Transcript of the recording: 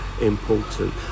important